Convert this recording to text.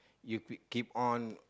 if you keep on